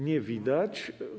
Nie widać.